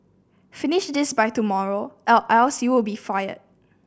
finish this by tomorrow or else you'll be fired